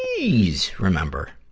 pleeeeease remember,